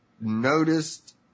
noticed